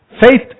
faith